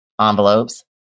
envelopes